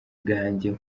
bwanjye